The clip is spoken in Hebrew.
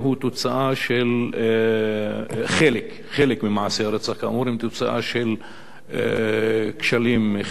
חלק ממקרי הרצח הם תוצאה של כשלים חברתיים,